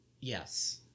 yes